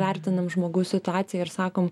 vertinam žmogaus situaciją ir sakom